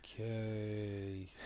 Okay